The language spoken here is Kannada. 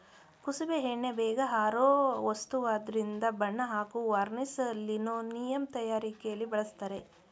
ಕುಸುಬೆ ಎಣ್ಣೆ ಬೇಗ ಆರೋ ವಸ್ತುವಾದ್ರಿಂದ ಬಣ್ಣ ಹಾಗೂ ವಾರ್ನಿಷ್ ಲಿನೋಲಿಯಂ ತಯಾರಿಕೆಲಿ ಬಳಸ್ತರೆ